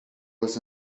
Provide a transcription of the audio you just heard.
was